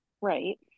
Right